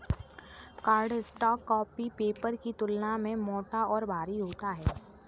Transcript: cardstock copy paper की तुलना में मोटा और भारी होता है